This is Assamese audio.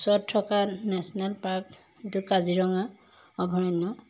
ওচৰত থকা নেশ্যনেল পাৰ্কটো কাজিৰঙা অভয়াৰণ্য